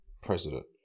president